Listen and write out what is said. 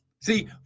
See